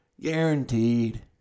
Guaranteed